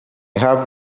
have